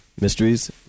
mysteries